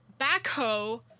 backhoe